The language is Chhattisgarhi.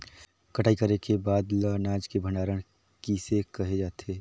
कटाई करे के बाद ल अनाज के भंडारण किसे करे जाथे?